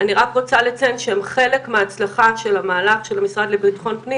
אני רק רוצה לציין שחלק מההצלחה של המהלך של המשרד לביטחון הפנים